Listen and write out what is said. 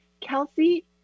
Kelsey